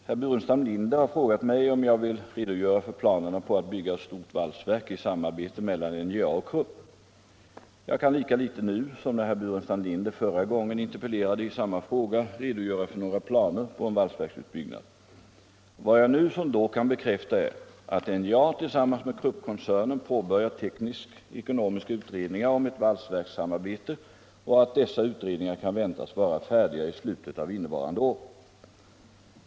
Herr talman! Herr Burenstam Linder har frågat mig om jag vill redogöra för planerna på att bygga ett stort valsverk i samarbete mellan NJA och Krupp. Jag kan lika litet nu som när herr Burenstam Linder förra gången interpellerade i samma fråga redogöra för några planer på en valsverksutbyggnad. Vad jag nu som då kan bekräfta är att NJA tillsammans med Kruppkoncernen påbörjat teknisk-ekonomiska utredningar om ett valsverkssamarbete och att dessa utredningar kan väntas vara färdiga i slutet av innevarande år.